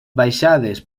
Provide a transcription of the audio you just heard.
baixades